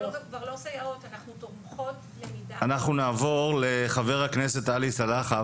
אנחנו נעבור לחבר הכנסת עלי סלאלחה,